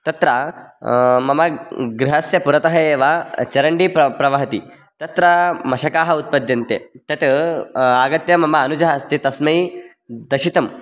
तत्र मम गृहस्य पुरतः एव चरण्डी प्र प्रवहति तत्र मशकाः उत्पद्यन्ते तत् आगत्य मम अनुजः अस्ति तस्मै दंशितं